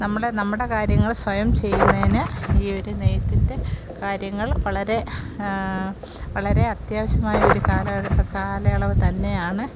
നമ്മൾ നമ്മുടെ കാര്യങ്ങൾ സ്വയം ചെയ്യുന്നതിന് ഈ ഒരു നെയ്ത്തിന്റെ കാര്യങ്ങള് വളരെ വളരെ അത്യാവശ്യമായ ഒരു കാല കാലയളവ് തന്നെയാണ്